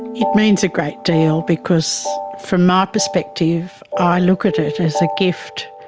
it means a great deal because from my perspective i look at it as a gift,